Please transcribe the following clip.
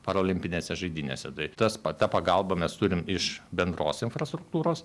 parolimpinėse žaidynėse tai tas pat tą pagalbą mes turim iš bendros infrastruktūros